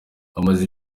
amaze